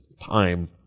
time